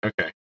Okay